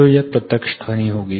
तो यह प्रत्यक्ष ध्वनि होगी